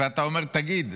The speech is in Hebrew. ואתה אומר: תגיד,